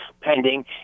pending